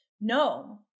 no